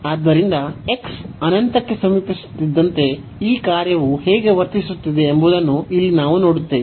ಆದ್ದರಿಂದ ಅನಂತಕ್ಕೆ ಸಮೀಪಿಸುತ್ತಿದ್ದಂತೆ ಈ ಕಾರ್ಯವು ಹೇಗೆ ವರ್ತಿಸುತ್ತಿದೆ ಎಂಬುದನ್ನು ಇಲ್ಲಿ ನಾವು ನೋಡುತ್ತೇವೆ